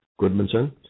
Goodmanson